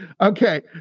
Okay